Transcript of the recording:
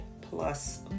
plus